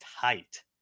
tight